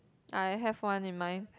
I have one in mind